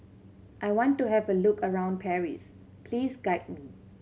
I want to have a look around Paris please guide me